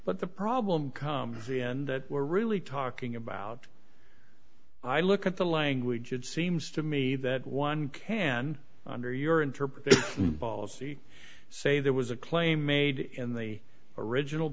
but the problem comes in that we're really talking about i look at the language it seems to me that one can under your interpret their policy say there was a claim made in the original